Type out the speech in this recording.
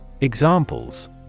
Examples